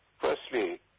Firstly